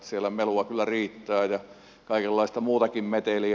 siellä melua kyllä riittää ja kaikenlaista muutakin meteliä